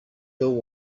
till